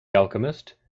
alchemist